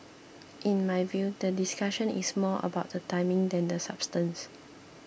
in my view the discussion is more about the timing than the substance